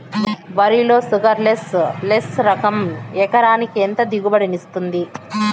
వరి లో sugarless less రకం ఎకరాకి ఎంత దిగుబడినిస్తుంది